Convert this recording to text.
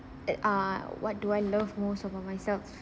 at ah what do I love most about myself